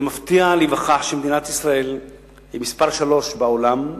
זה מפתיע להיווכח שמדינת ישראל היא מספר שלוש בעולם,